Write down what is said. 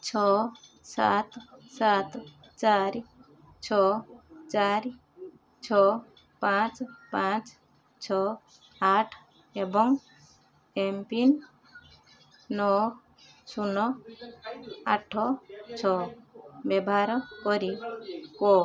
ଛଅ ସାତ ସାତ ଚାରି ଛଅ ଚାରି ଛଅ ପାଞ୍ଚ ପାଞ୍ଚ ଛଅ ଆଠ ଏବଂ ଏମ୍ପିନ୍ ନଅ ଶୂନ ଆଠ ଛଅ ବ୍ୟବହାର କରି କୋ